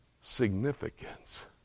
significance